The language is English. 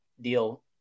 deal